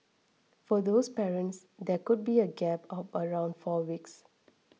for those parents there could then be a gap of around four weeks